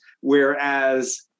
whereas